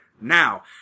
now